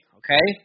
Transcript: okay